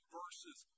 verses